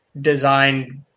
designed